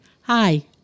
Hi